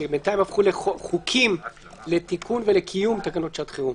שבינתיים הפכו לחוקים לתיקון ולקיום תקנות שעת חירום.